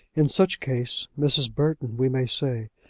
in such case mrs. burton, we may say,